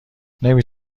نمی